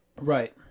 Right